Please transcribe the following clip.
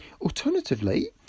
Alternatively